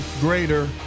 greater